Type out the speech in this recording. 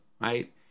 right